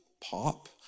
pop